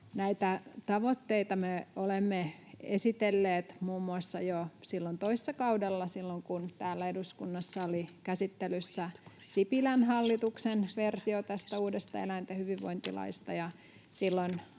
Näitä tavoitteita me olemme esitelleet muun muassa jo silloin toissa kaudella, kun täällä eduskunnassa oli käsittelyssä Sipilän hallituksen versio tästä uudesta eläinten hyvinvointilaista,